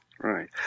Right